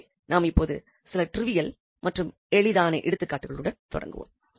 எனவே நாம் இப்பொழுது சில ட்ரிவியல் மற்றும் எளிதான எடுத்துக்காட்டுகளுடன் தொடருவோம்